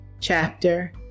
chapter